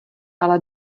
ale